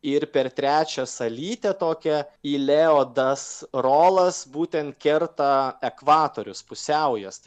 ir per trečią salytę tokią ileodas rolas būtent kerta ekvatorius pusiaujas